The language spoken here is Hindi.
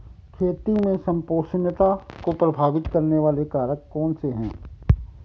खेती में संपोषणीयता को प्रभावित करने वाले कारक कौन से हैं?